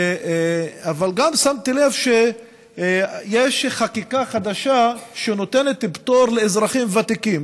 אבל גם שמתי לב שיש חקיקה חדשה שנותנת פטור לאזרחים ותיקים.